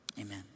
amen